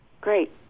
Great